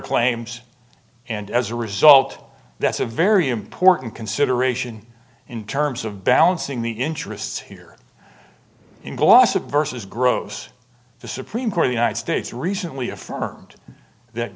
claims and as a result that's a very important consideration in terms of balancing the interests here in the lawsuit versus gross the supreme court the united states recently affirmed that